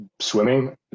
swimming